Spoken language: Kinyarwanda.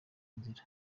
nzira